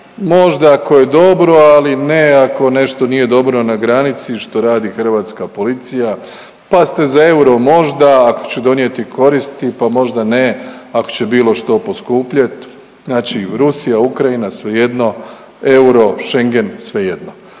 možda ako je dobro, ali ne ako nešto nije dobro na granici što radi hrvatska policija pa ste za euro možda ako će donijeti koristi, pa možda ne ako će bilo što poskupjeti. Znači Rusija, Ukrajina svejedno, euro, Schengen svejedno.